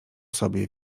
sobie